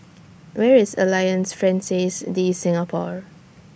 Where IS Alliance Francaise De Singapour